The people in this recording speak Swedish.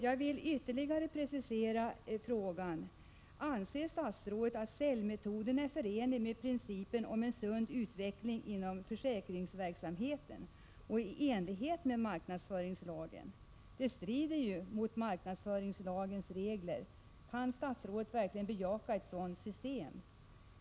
Jag vill ytterligare precisera frågan: Anser statsrådet att säljmetoden är förenlig med principen om en sund utveckling på försäkringsområdet och att den står i enlighet med marknadsföringslagens regler? Kan statsrådet verkligen bejaka detta system?